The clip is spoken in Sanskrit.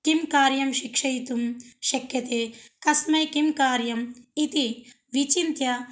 किं कार्यं शिक्षयितुं शक्यते कस्मै किं कार्यम् इति विचिन्त्य